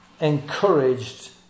encouraged